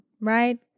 right